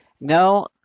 No